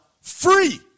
free